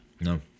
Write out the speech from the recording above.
No